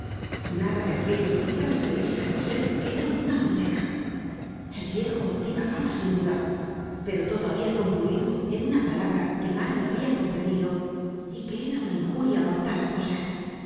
nada de aquello podia referirse á cosette que era una azucena el viejo divagaba sin duda pero todo habia concluido en una palabra que mario habia comprendido y que era una injuria mortal á